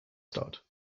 start